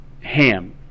ham